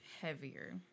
heavier